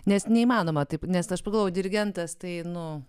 nes neįmanoma taip nes aš pagalvojau dirigentas tai nu